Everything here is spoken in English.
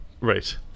right